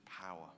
power